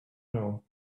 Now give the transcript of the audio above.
know